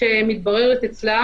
שמתבררת אצלה,